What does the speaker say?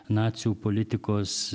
nacių politikos